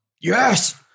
yes